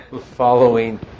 following